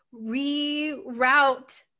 reroute